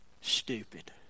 stupid